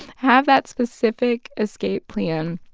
have that specific escape plan.